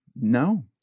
No